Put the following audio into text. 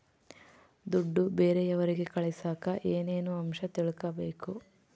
ದುಡ್ಡು ಬೇರೆಯವರಿಗೆ ಕಳಸಾಕ ಏನೇನು ಅಂಶ ತಿಳಕಬೇಕು?